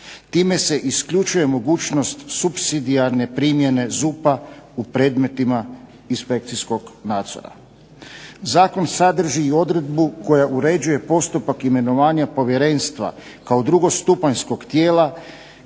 time se isključuje mogućnost supsidijarne primjene ZUP-a u predmetima inspekcijskog nadzora. Zakon sadrži i odredbu koja uređuje postupak imenovanja Povjerenstva kao drugostupanjskog tijela